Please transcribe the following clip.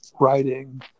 writing